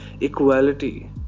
equality